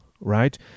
right